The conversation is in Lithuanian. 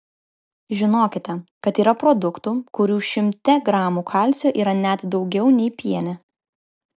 žinokite kad yra produktų kurių šimte gramų kalcio yra net daugiau nei piene